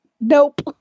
Nope